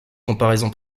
comparaison